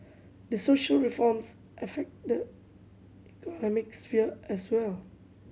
the social reforms affect the economic sphere as well